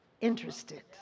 interested